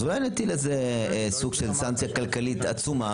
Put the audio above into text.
אז אולי נטיל איזה סוג של סנקציה כלכלית עצומה